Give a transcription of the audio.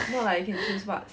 not like you can choose what's